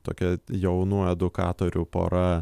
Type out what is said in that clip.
tokia jaunų edukatorių pora